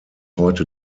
heute